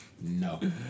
No